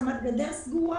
חמת גדר סגורה